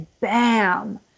bam